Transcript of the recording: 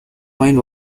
mine